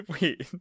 Wait